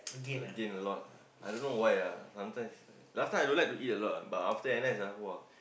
uh gain a lot I don't know why ah sometimes last time I don't like to eat a lot ah but after N_S ah !wah!